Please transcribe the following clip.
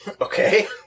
Okay